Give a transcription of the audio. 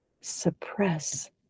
suppress